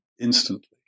instantly